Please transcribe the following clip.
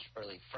early